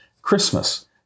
Christmas